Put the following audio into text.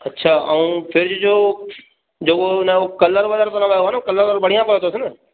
अच्छा ऐं फिरिज जो जेको उनजो कलर वलर त न वियो आहे न कलर वलर बढ़ियां पियो अथसि न